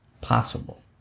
possible